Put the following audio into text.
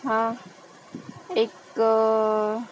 हां एक